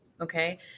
Okay